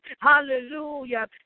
Hallelujah